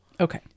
Okay